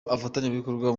abafatanyabikorwa